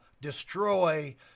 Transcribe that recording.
destroy